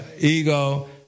ego